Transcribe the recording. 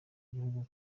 gihugu